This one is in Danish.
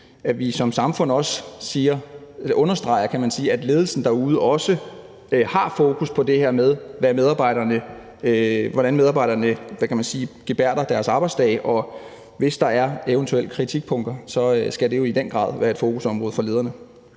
siger, eller understreger, at ledelsen derude skal have fokus på det her med, hvordan medarbejderne gebærder sig i løbet af deres arbejdsdag, og hvis der er eventuelle kritikpunkter, skal det jo i den grad være et fokusområde for lederen.